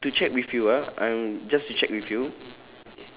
but to check with you ah um just to check with you